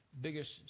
biggest